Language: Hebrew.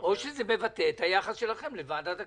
או שזה מבטא את היחס שלכם לוועדת הכספים,